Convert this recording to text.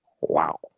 Wow